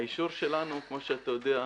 האישור שלנו, כפי שאתה יודע,